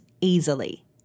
easily